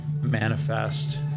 manifest